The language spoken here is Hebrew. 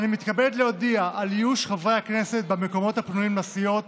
אני מתכבד להודיע על איוש המקומות הפנויים לסיעות